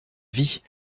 vie